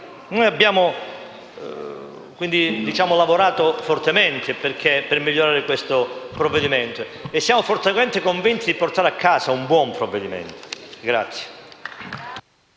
Noi abbiamo lavorato fortemente per migliorare questo provvedimento e siamo fortemente convinti di portare a casa un buon provvedimento.